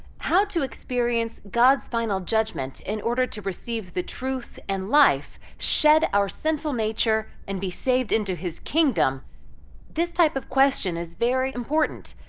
how to experience god's final judgment in order to receive the truth and life, shed our sinful nature and be saved into his kingdom this type of question is very important,